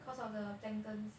cause of the planktons